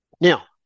Now